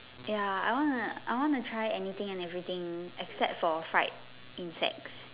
ya I want to I want to try anything and everything except for fried insects